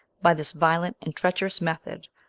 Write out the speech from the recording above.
by this violent and treacherous method,